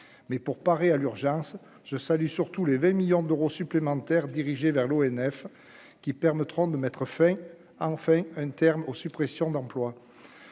mais pour parer à l'urgence, je salue surtout les 20 millions d'euros supplémentaires dirigée vers l'ONF qui permettront de mettre fin, enfin un terme aux suppressions d'emplois,